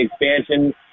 expansion